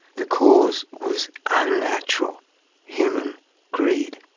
the cause was unnatural human greed.